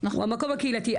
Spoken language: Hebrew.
הוא המקום הקהילתי.